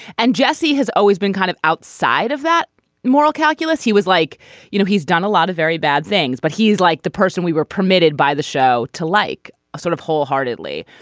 and jesse has always been kind of outside of that moral calculus. he was like you know he's done a lot of very bad things but he is like the person we were permitted by the show to like a sort of whole heartedly.